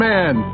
Man